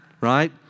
Right